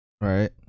right